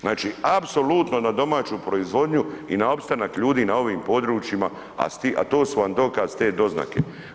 Znači apsolutno na domaću proizvodnju i na opstanak ljudi na ovim područjima, a to su vam dokaz te doznake.